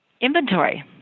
inventory